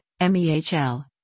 MEHL